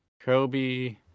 Kobe